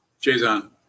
Jason